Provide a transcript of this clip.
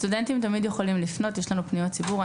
סטודנטים תמיד יכולים לפנות, יש לנו פניות ציבור.